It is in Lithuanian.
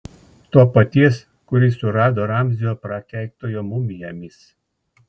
to paties kuris surado ramzio prakeiktojo mumiją mis